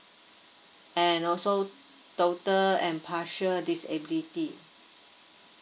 and also total impartial disability